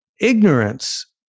ignorance